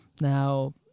Now